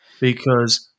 because-